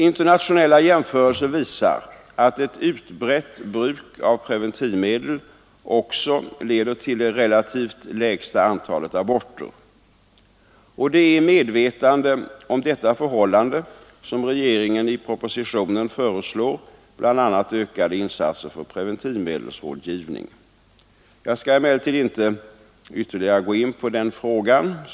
Internationella jämförelser visar att ett utbrett bruk av preventivmedel också leder till det relativt sett lägsta antalet aborter. Det är i medvetande om detta förhållande som regeringen i propositionen föreslår bl.a. ökade insatser för preventivmedelsrådgivning. Jag skall emellertid inte ytterligare gå in på den frågan.